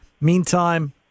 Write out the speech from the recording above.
Meantime